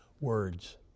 Words